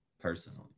personally